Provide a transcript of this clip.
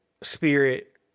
spirit